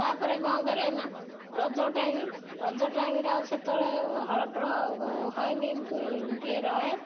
ତା'ପରେ କ'ଣ କରିବେ ନା ରଜ ଟାଇମ ରଜ ଟାଇମରେ ଆଉ ସେତେବେଳେ ହଳଫଳ ହଏନି ଟିକେ ରହେ